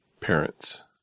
parents